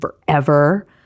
forever